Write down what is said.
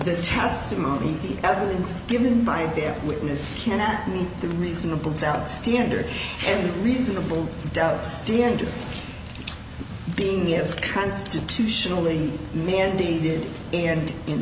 that testimony the evidence given by their witness cannot meet the reasonable doubt standard and reasonable doubt standard being as constitutionally mandated and in